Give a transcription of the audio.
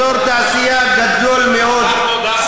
אזור תעשייה גדול מאוד,